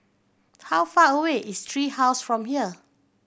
how far away is Tree House from here